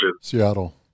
Seattle